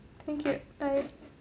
thank you bye